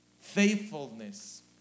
faithfulness